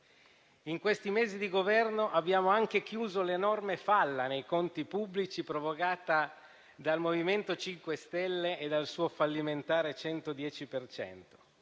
In questi mesi di governo abbiamo anche chiuso l'enorme falla nei conti pubblici provocata dal MoVimento 5 Stelle e dal suo fallimentare 110